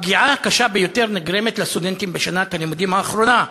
הפגיעה הקשה ביותר נגרמת לסטודנטים בשנת הלימודים האחרונה,